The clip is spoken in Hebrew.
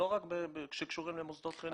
לא רק אם הם קשורים למוסדות חינוך.